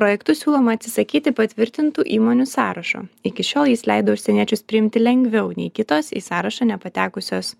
projektu siūloma atsisakyti patvirtintų įmonių sąrašo iki šiol jis leido užsieniečius priimti lengviau nei kitos į sąrašą nepatekusios